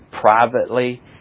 privately